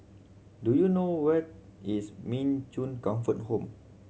do you know where is Min Chong Comfort Home